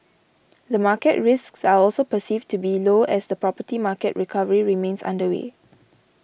the market risks are also perceived to be low as the property market recovery remains underway